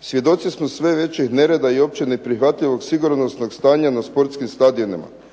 Svjedoci smo sve većih nereda i opće neprihvatljivog sigurnosnog stanja na sportskim stadionima,